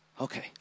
Okay